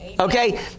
Okay